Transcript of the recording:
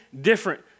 different